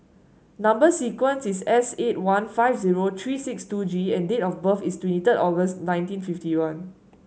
number sequence is S eight one five zero three six two G and date of birth is twenty third August nineteen fifty one